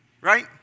right